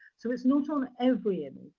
so, it's not on every image.